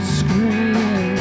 scream